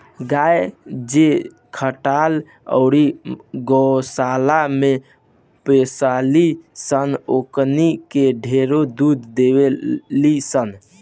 गाय जे खटाल अउरी गौशाला में पोसाली सन ओकनी के ढेरे दूध देवेली सन